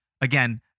again